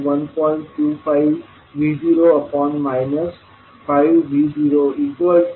25V0 5V0 0